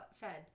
fed